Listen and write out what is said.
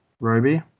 Roby